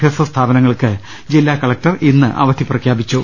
ഭ്യാസ സ്ഥാപനങ്ങൾക്ക് ജില്ലാ കളക്ടർ ഇന്ന് അവധി പ്രഖ്യാപിച്ചു